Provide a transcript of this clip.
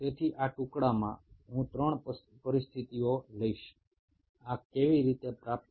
এখন আমরা এর জন্য তিন ধরনের পরিস্থিতির কথা বিবেচনা করছি